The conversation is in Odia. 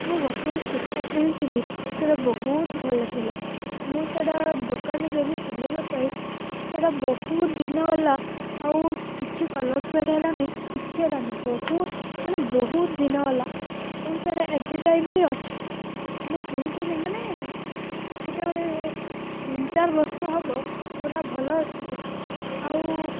ମୁଁ ଗୋଟିଏ କୁର୍ତା କିଣିଥିଲି ସେଇଟା ବହୁତ ଭଲ ଥିଲା ମୁଁ ସେଇଟା ଦୋକାନରେ ଦେଲି ସିଲାଇବା ପାଇଁ ସେଇଟା ବହୁତ ଦିନ ଗଲା ଆଉ କିଛି କଲର୍ ଫେଡ଼୍ ହେଲାନି କିଛି ହେଲାନି ବହୁତ ମାନେ ବହୁତ ଦିନ ଗଲା ଆଉ ସେଇଟା ଏବେ ଯାଇ ବି ଅଛି ମୁଁ କିଣିଥିଲି ମାନେ କେତେ ଗୋଟେ ତିନ ଚାର ବର୍ଷ ହେବ ପୁରା ଭଲ ଅଛି ସେଇଟା ଆଉ